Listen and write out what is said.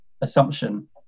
assumption